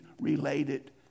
related